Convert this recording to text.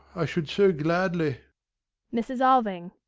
i should so gladly mrs. alving.